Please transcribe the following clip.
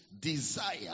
desire